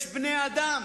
יש בני-אדם.